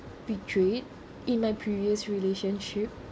betrayed in my previous relationship